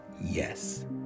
yes